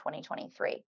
2023